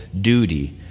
duty